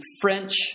French